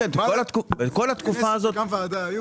וגם כנסת לא היה.